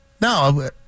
No